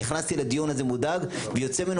אני נכנסתי לדיון הזה מודאג ויוצא ממנו